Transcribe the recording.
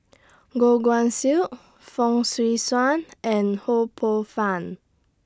Goh Guan Siew Fong Swee Suan and Ho Poh Fun